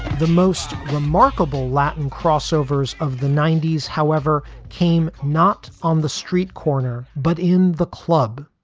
the most remarkable latin crossovers of the ninety s, however, came not on the street corner, but in the club.